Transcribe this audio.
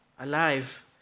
alive